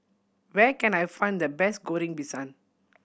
where can I find the best Goreng Pisang